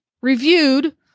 reviewed